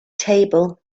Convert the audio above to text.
table